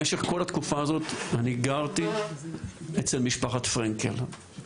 במשך כל התקופה הזו אני גרתי אצל משפחת פרנקל,